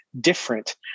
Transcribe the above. different